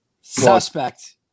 Suspect